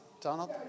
Donald